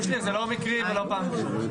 הצבעה אושר.